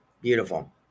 beautiful